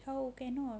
how cannnot